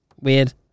weird